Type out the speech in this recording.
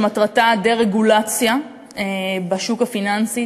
שמטרתה דה-רגולציה בשוק הפיננסי,